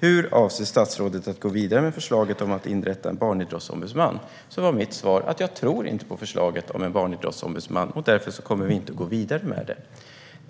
var: Hur avser statsrådet att gå vidare med förslaget om att inrätta en barnidrottsombudsman? Mitt svar var att jag inte tror på förslaget om en barnidrottsombudsman och att vi därför inte kommer att gå vidare med det.